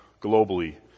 globally